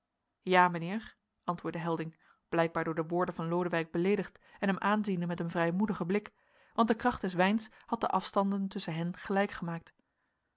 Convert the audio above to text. ja mijnheer antwoordde helding blijkbaar door de woorden van lodewijk beleedigd en hem aanziende met een vrijmoedigen blik want de kracht des wijns had de afstanden tusschen hen